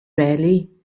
really